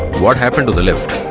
what happened to the lift?